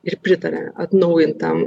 ir pritarė atnaujintam